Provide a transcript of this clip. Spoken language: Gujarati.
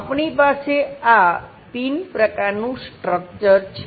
આપણી પાસે આ પિન પ્રકારનું સ્ટ્રક્ચર છે